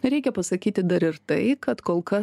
reikia pasakyti dar ir tai kad kol kas